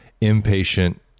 impatient